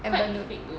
quite fake though